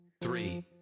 three